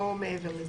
לא מעבר לזה.